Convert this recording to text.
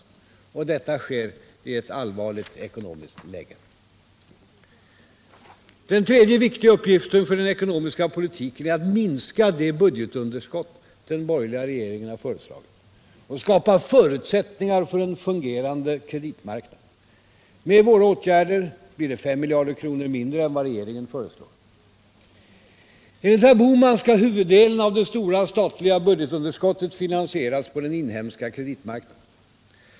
Detta sker i ett läge då landet har allvarliga ekonomiska problem. Den tredje viktiga uppgiften för den ekonomiska politiken är att minska det budgetunderskott den borgerliga regeringen har föreslagit och skapa förutsättningar för en fungerande kreditmarknad. Med våra åtgärder blir det 5 miljarder kronor mindre än vad regeringen föreslår. Enligt herr Bohman skall huvuddelen av det stora statliga budgetunderskottet finansieras på den inhemska kreditmarknaden.